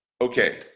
Okay